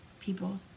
people